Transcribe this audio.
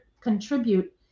contribute